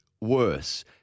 worse